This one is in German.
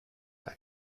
ein